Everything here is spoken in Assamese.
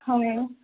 হয়